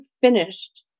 finished